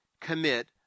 commit